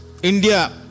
India